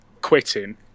quitting